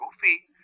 goofy